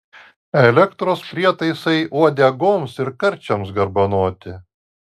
elektros prietaisai uodegoms ir karčiams garbanoti